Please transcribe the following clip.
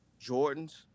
Jordans